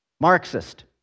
Marxist